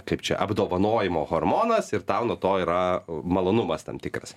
kaip čia apdovanojimo hormonas ir tau nuo to yra malonumas tam tikras